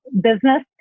business